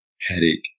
headache